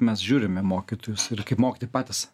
mes žiūrim į mokytojus ir kaip mokytojai patys